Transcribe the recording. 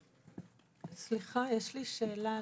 סליחה, יש לי שאלה.